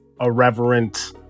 irreverent